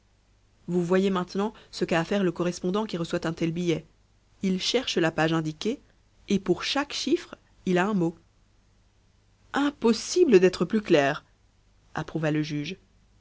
vous voyez maintenant ce qu'a à faire le correspondant qui reçoit un tel billet il cherche la page indiquée et pour chaque chiffre il a un mot impossible d'être plus clair approuva le juge